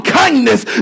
kindness